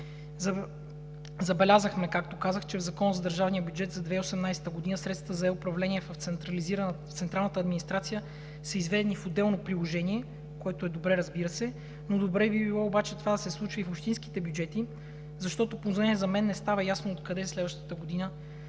Забелязахме, както казах, че в Закона за държавния бюджет за 2018 г. средствата за е-управление в централната администрация са изведени в отделно приложение, което е добре, разбира се, но добре би било обаче това да се случи и в общинските бюджети, защото поне за мен не става ясно откъде следващата година